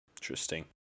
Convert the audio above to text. Interesting